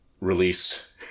release